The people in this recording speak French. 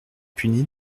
puni